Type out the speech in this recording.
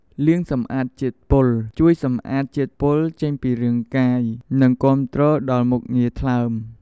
លាងសម្អាតជាតិពុល ជួយសម្អាតជាតិពុលចេញពីរាងកាយ និងគាំទ្រដល់មុខងារថ្លើម។